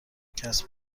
کسب